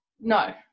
No